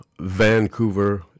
vancouver